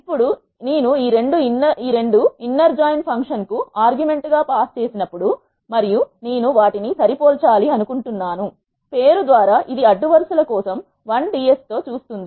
ఇప్పుడు నేను ఈ రెండు ఇన్నర్ జాయిన్ ఫంక్షన్ కు ఆర్గ్యుమెంట్ గా పాస్ చేసినప్పుడు మరియు నేను వాటిని సరిపోల్చాలి అనుకుంటున్నాను పేరు ద్వారా ఇది అడ్డు వరుస ల కోసం 1ds తో చూస్తుంది